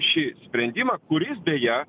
šį sprendimą kuris beje